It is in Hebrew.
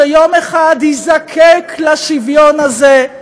שיום אחד יזדקק לשוויון הזה,